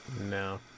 No